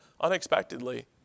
unexpectedly